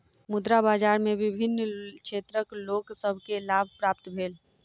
मुद्रा बाजार में विभिन्न क्षेत्रक लोक सभ के लाभ प्राप्त भेल